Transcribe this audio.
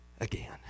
again